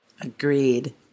Agreed